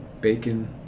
bacon